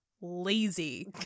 lazy